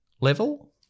level